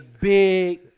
big –